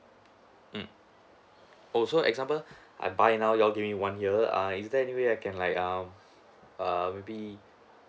mm oh so example I buy now you're giving one year err is there anyway I can like um err maybe